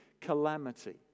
calamity